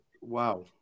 wow